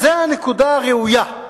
אז זו הנקודה הראויה.